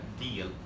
deal